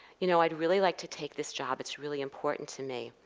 you know, i'd really like to take this job, it's really important to me,